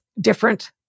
different